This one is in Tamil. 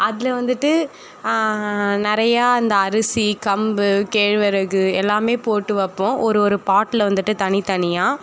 அதில் வந்துட்டு நிறையா இந்த அரிசி கம்பு கேழ்வரகு எல்லாமே போட்டு வைப்போம் ஒரு ஒரு பாட்டில் வந்துட்டு தனித்தனியாக